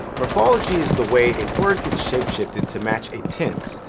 morphology is the way a word gets shape-shifted to match a tense,